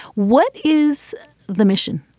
what is the mission?